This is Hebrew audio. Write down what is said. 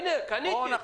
קניתי את